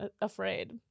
afraid